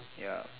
ya